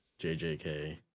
JJK